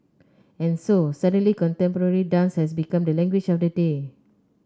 and so suddenly contemporary dance has become the language of the day